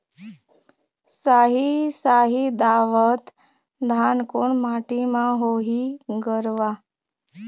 साही शाही दावत धान कोन माटी म होही गरवा?